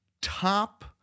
top